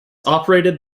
operated